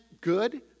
good